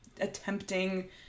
attempting